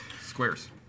squares